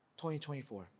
2024